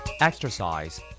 Exercise